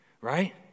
right